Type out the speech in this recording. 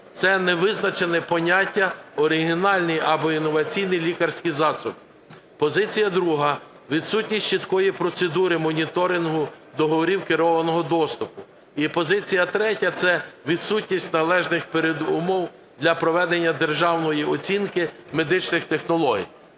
це не визначене поняття "оригінальний або інноваційний лікарський засіб". Позиція друга – відсутність чіткої процедури моніторингу договорів керованого доступу. І позиція третя – це відсутність належних передумов для проведення державної оцінки медичних технологій.